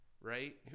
right